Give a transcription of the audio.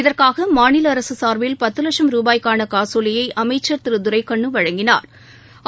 இதற்காக மாநில அரசு சா்பில் பத்து லட்சம் ரூபாய்க்கான காசோலையை அமைச்சா் திரு துரைக்கண்ணு வழங்கினாா்